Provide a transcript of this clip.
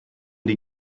die